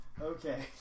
Okay